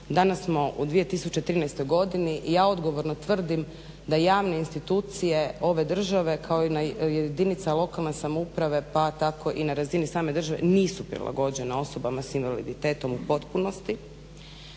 Danas smo u 2013. godini. Ja odgovorno tvrdim da javne institucije ove države kao i na jedinica lokalne samouprave pa tako i na razini same države nisu prilagođene osobama s invaliditetom u potpunosti.